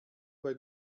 bei